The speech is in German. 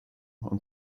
und